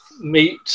meet